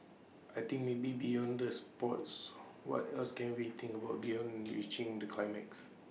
I think maybe beyond the sports what else can we think about beyond reaching the climax